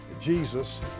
Jesus